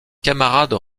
camarades